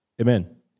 Amen